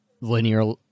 linear